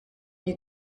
you